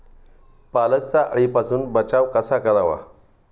पालकचा अळीपासून बचाव कसा करावा?